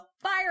fire